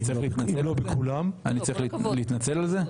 אני צריך להתנצל על זה?